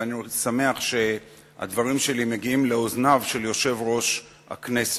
ואני שמח שהדברים שלי מגיעים לאוזניו של יושב-ראש הכנסת.